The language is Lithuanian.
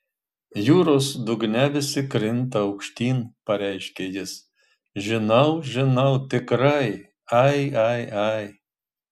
jūros dugne visi krinta aukštyn pareiškė jis žinau žinau tikrai ai ai ai